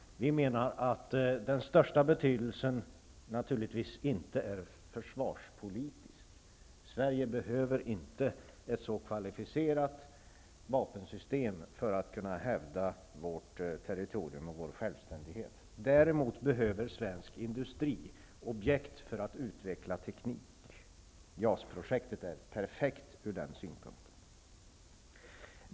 Vi menar att den största betydelsen naturligtvis inte är försvarspolitisk; Sverige behöver inte ett så kvalificerat vapensystem för att kunna hävda vårt territorium och vår självständighet. Däremot behöver svensk industri objekt för att utveckla teknik. JAS-projektet är perfekt ur den synpunkten.